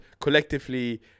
Collectively